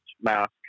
mask